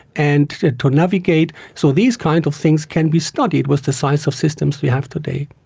and to navigate, so these kinds of things can be studied with the size of systems we have today.